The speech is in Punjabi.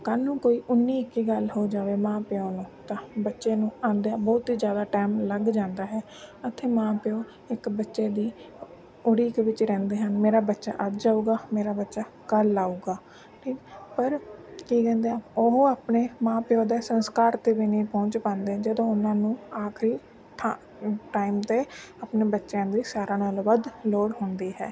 ਕੱਲ੍ਹ ਨੂੰ ਕੋਈ ਉੱਨੀ ਇੱਕੀ ਗੱਲ ਹੋ ਜਾਵੇ ਮਾਂ ਪਿਓ ਨੂੰ ਤਾਂ ਬੱਚੇ ਨੂੰ ਆਉਂਦਿਆਂ ਬਹੁਤ ਹੀ ਜ਼ਿਆਦਾ ਟਾਈਮ ਲੱਗ ਜਾਂਦਾ ਹੈ ਉੱਥੇ ਮਾਂ ਪਿਓ ਇੱਕ ਬੱਚੇ ਦੀ ਉਡੀਕ ਵਿੱਚ ਰਹਿੰਦੇ ਹਨ ਮੇਰਾ ਬੱਚਾ ਅੱਜ ਆਵੇਗਾ ਮੇਰਾ ਬੱਚਾ ਕੱਲ੍ਹ ਆਵੇਗਾ ਠੀਕ ਪਰ ਕੀ ਕਹਿੰਦੇ ਆ ਉਹ ਆਪਣੇ ਮਾਂ ਪਿਓ ਦੇ ਸੰਸਕਾਰ 'ਤੇ ਵੀ ਨਹੀਂ ਪਹੁੰਚ ਪਾਉਂਦੇ ਜਦੋਂ ਉਹਨਾਂ ਨੂੰ ਆਖਰੀ ਠਾ ਟਾਈਮ 'ਤੇ ਆਪਣੇ ਬੱਚਿਆਂ ਦੀ ਸਾਰਿਆਂ ਨਾਲੋਂ ਵੱਧ ਲੋੜ ਹੁੰਦੀ ਹੈ